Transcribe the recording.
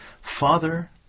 Father